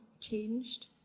changed